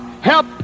help